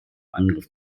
angriff